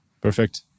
Perfect